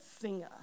singer